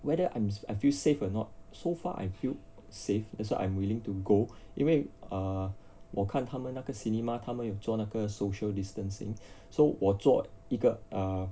whether I'm I feel safe or not so far I feel safe that's why I'm willing to go 因为 err 我看他们那个 cinema 他们有做那个 social distancing so 我坐一个 uh